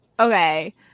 Okay